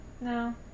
no